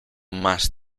más